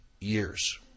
years